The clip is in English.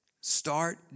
start